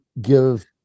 give